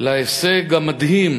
להישג המדהים